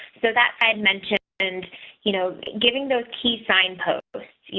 so that i'd mentioned and you know giving those key signposts you